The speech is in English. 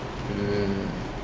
mm